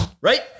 Right